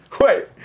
Wait